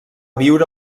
viure